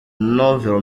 novel